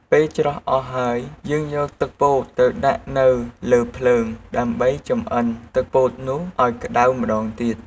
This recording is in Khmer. ពេលច្រោះអស់ហើយយើងយកទឹកពោតទៅដាក់នៅលើភ្លើង ដើម្បីចម្អិនទឹកពោតនោះឱ្យក្ដៅម្ដងទៀត។